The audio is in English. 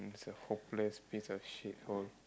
he's a hopeless piece of shit hole